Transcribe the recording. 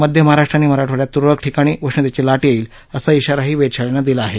मध्य महाराष्ट्र आणि मराठवाड्यात तूरळक ठिकाणी उष्णतेची लाट येईल असा खााराही वेधशाळेनं दिला आहे